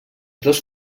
dos